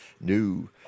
new